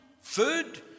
food